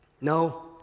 No